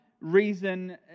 reason